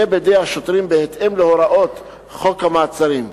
יהיה בידי השוטרים, בהתאם להוראות חוק המעצרים.